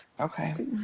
Okay